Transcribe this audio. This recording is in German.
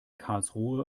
karlsruhe